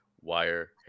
wire